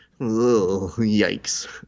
yikes